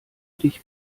dich